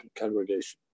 congregation